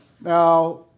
Now